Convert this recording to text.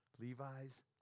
Levi's